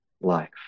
life